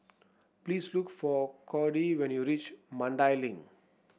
please look for Cody when you reach Mandai Link